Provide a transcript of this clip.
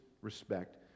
respect